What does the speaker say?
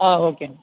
okay అండి